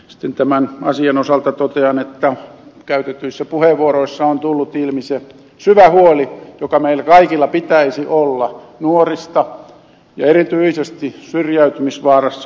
sitten tämän asian osalta totean että käytetyissä puheenvuoroissa on tullut ilmi se syvä huoli joka meillä kaikilla pitäisi olla nuorista ja erityisesti syrjäytymisvaarassa olevista nuorista